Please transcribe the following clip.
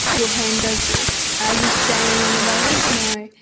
your hand does this. are you staying on the road? no.